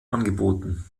angeboten